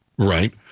Right